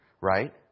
right